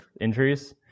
injuries